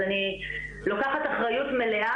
אז אני לוקחת אחריות מלאה,